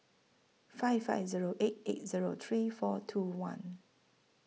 five five Zero eight eight Zero three four two one